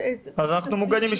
אנחנו מוגנים משפטית.